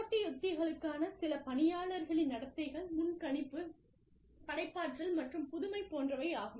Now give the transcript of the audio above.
போட்டி உத்திகளுக்கான சில பணியாளர்களின் நடத்தைகள் முன் கணிப்பு படைப்பாற்றல் மற்றும் புதுமை போன்றவை ஆகும்